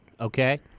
okay